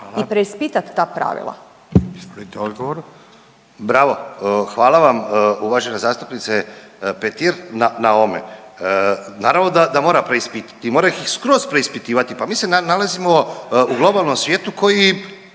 i preispitati ta pravila?